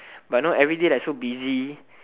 but now every day like so busy